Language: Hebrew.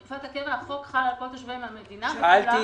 בתקופת הקבע החוק חל על כל תושבי מדינת ישראל.